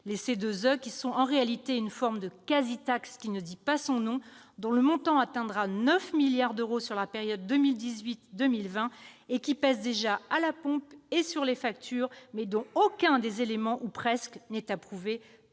les C2E, qui sont en réalité une quasi-taxe qui ne dit pas son nom, dont le montant atteindra 9 milliards d'euros sur la période 2018-2020 et qui pèse déjà à la pompe et sur les factures, mais dont aucun des éléments, ou presque, n'est approuvé